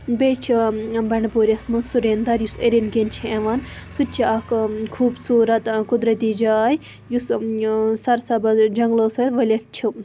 بیٚیہِ چھُ بَنٛڈپوٗرِس مَنٛز سُریندر یُس اِریٚن کِن چھِ یِوان سُہ تہِ چھ اکھ خوٗبصوٗرت قُدرتی جاے یُس سرسبز جَنگلَو سۭتۍ ؤلِتھ چھِ